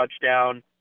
touchdown